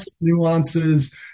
nuances